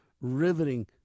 riveting